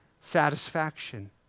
satisfaction